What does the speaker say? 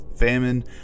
famine